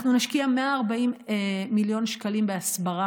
אנחנו נשקיע 140 מיליון שקלים בהסברה